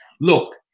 look